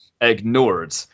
ignored